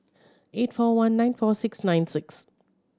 eight four one nine four six nine six